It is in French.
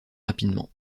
rapidement